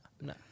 no